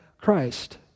Christ